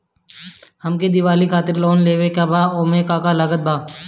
हमके दिवाली खातिर लोन लेवे के बा ओमे का का लागत बा?